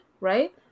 right